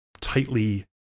tightly